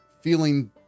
feeling